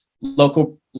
local